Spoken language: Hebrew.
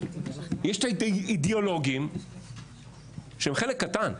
יש את האידיאולוגים שהם חלק קטן,